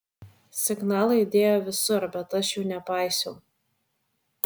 signalai aidėjo visur bet aš jų nepaisiau